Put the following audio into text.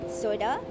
soda